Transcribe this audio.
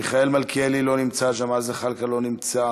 מיכאל מלכיאלי, לא נמצא, ג'מאל זחאלקה, לא נמצא,